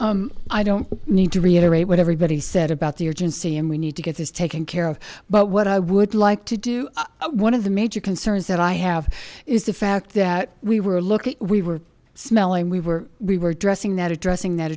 problem i don't need to reiterate what everybody said about the urgency and we need to get this taken care of but what i would like to do one of the major concerns that i have is the fact that we were looking we were smelling we were we were dressing that addressing that